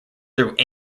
through